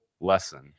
lesson